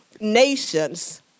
nations